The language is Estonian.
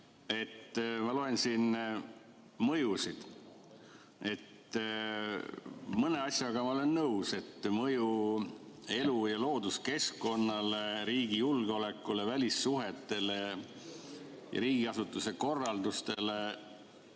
Ma loen siin mõjusid. Mõne asjaga ma olen nõus, sellega, et mõju elu‑ ja looduskeskkonnale, riigi julgeolekule ja välissuhetele, riigiasutuse korraldusele